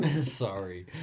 Sorry